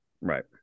right